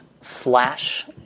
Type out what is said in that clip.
slash